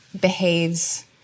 behaves